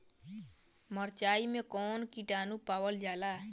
मारचाई मे कौन किटानु पावल जाला?